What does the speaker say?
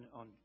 on